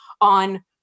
on